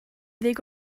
ddeg